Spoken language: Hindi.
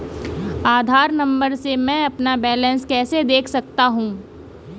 आधार नंबर से मैं अपना बैलेंस कैसे देख सकता हूँ?